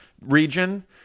region